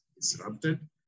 disrupted